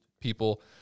people